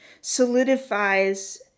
solidifies